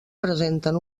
presenten